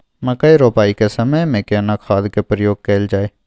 मकई रोपाई के समय में केना खाद के प्रयोग कैल जाय?